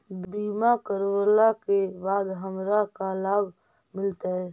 बीमा करवला के बाद हमरा का लाभ मिलतै?